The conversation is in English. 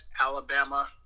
Alabama